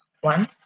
One